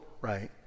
right